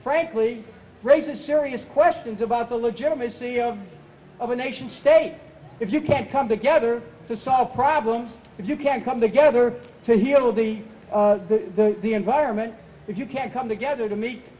frankly raises serious questions about the legitimacy of of a nation state if you can't come together to solve problems if you can't come together to here will be the environment if you can't come together to meet